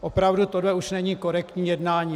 Opravdu, tohle už není korektní jednání.